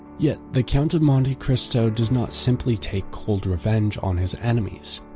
yet the count of monte cristo does not simply take cold revenge on his enemies.